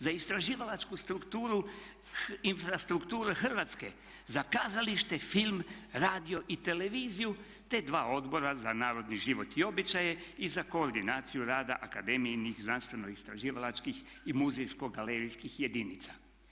Za istraživalačku strukturu infrastrukturu Hrvatske, za kazalište, film, radio i televiziju, te dva odbora za narodni život i običaje i za koordinaciju rada akademijinih znanstveno-istraživalačkih i muzejsko-galerijskih jedinica.